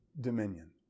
dominion